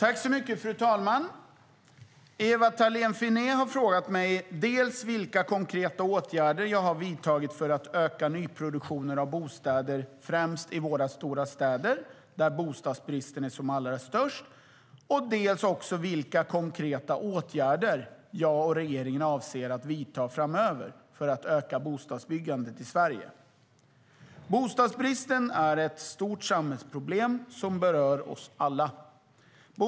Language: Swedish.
Fru talman! Ewa Thalén Finné har frågat mig dels vilka konkreta åtgärder jag har vidtagit för att öka nyproduktionen av bostäder främst i våra stora städer där bostadsbristen är som allra störst, dels vilka konkreta åtgärder jag och regeringen avser att vidta framöver för att öka bostadsbyggandet i Sverige.Bostadsbristen är ett stort samhällsproblem som berör oss alla.